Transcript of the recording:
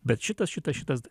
bet šitas šitas šitas